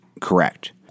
correct